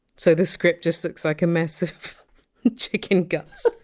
so, this script just looks like a mess of chicken guts.